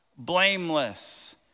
Blameless